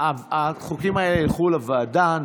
החוקים האלה ילכו לוועדה,